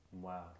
Wow